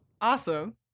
Awesome